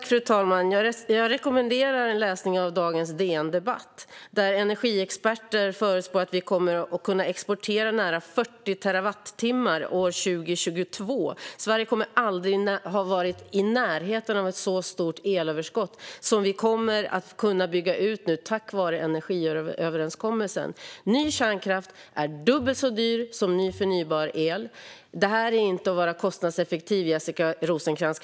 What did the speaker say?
Fru talman! Jag rekommenderar en läsning av dagens DN Debatt, där energiexperter förutspår att vi kommer att kunna exportera nära 40 terawattimmar år 2022. Sverige har aldrig varit i närheten av ett så stort elöverskott som det vi kommer att kunna bygga ut till tack vare energiöverenskommelsen. Ny kärnkraft är dubbelt så dyr som ny förnybar el. Detta är inte att vara kostnadseffektiv, Jessica Rosencrantz.